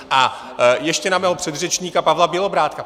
A ještě na mého předřečníka Pavla Bělobrádka.